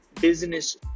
business